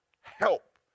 help